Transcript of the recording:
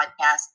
podcast